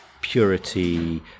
purity